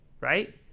right